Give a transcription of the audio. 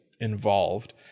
involved